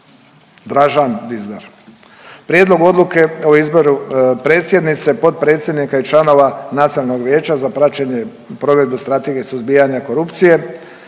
Dražan Dizdar. Prijedlog odluke o izboru predsjednice, potpredsjednice i članova Odbora Nacionalnog vijeća za praćenje provedbe Strategije suzbijanja korupcije,